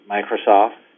Microsoft